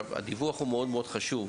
הדיווח הוא מאוד מאוד חשוב,